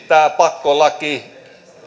tämä pakkolaki